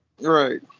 Right